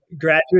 graduate